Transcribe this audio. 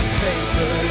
paper